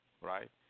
right